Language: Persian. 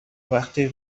وقتی